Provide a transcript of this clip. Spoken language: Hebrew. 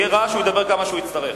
יהיה רעש, הוא ידבר כמה שהוא יצטרך.